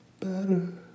better